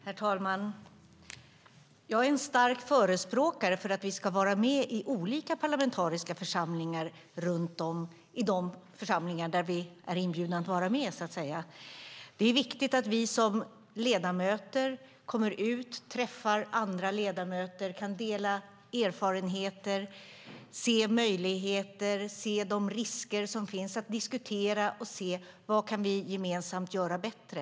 Herr talman! Jag är en stark förespråkare för att vi ska vara med i olika parlamentariska församlingar där vi är inbjudna att vara med. Det är viktigt att vi som ledamöter kommer ut och träffar andra ledamöter och kan dela erfarenheter och se möjligheter och de risker som finns. Det är viktigt att vi diskuterar och ser vad vi gemensamt kan göra bättre.